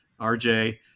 RJ